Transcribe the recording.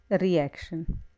reaction